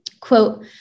quote